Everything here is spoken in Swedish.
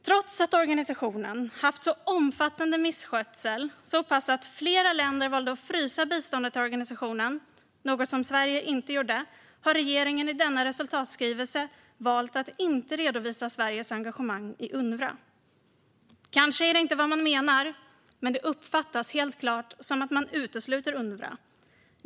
Trots organisationens omfattande misskötsel - så pass att flera länder valde att frysa biståndet till organisationen, vilket Sverige inte gjorde - har regeringen i denna resultatskrivelse valt att inte redovisa Sveriges engagemang i Unrwa. Kanske är det inte vad man menar, men det uppfattas helt klart som att man utesluter Unrwa.